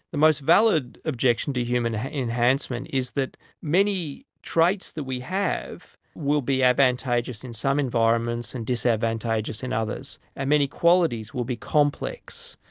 the most valid objection to human enhancement is that many traits that we have will be advantageous in some environments and disadvantages in others. and many qualities will be complex.